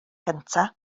gyntaf